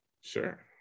sure